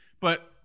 But-